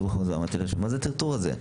אמרתי לאשתי: מה זה הטרטור הזה?